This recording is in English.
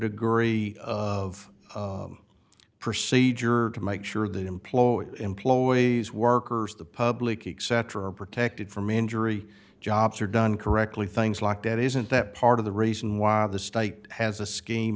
degree of procedure to make sure that employees employees workers the public except for are protected from injury jobs are done correctly things like that isn't that part of the reason why the state has a scheme